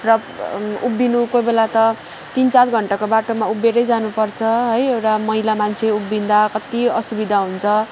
र उभिनु कोही बेला त तिन चार घण्टाको बाटोमा उभिएर जानु पर्छ है एउटा महिला मान्छे उभिँदा कति असुविधा हुन्छ